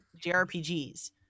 jrpgs